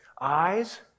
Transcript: eyes